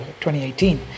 2018